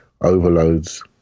overloads